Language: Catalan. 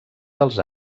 dels